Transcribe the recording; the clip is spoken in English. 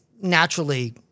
naturally